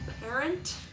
parent